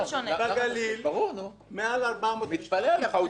בגליל מעל- -- הוא צודק.